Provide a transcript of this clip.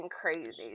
crazy